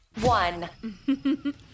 one